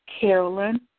Carolyn